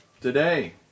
today